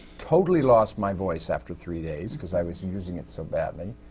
totally lost my voice after three days, cause i was and using it so badly.